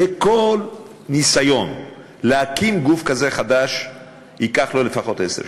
וכל ניסיון להקים גוף כזה חדש ייקח לפחות עשר שנים.